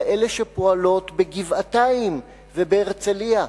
אלא אלה שפועלות בגבעתיים ובהרצלייה.